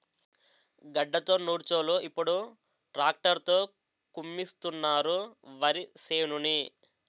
గడ్డతో నూర్చోలు ఇప్పుడు ట్రాక్టర్ తో కుమ్మిస్తున్నారు వరిసేనుని